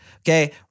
okay